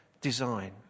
design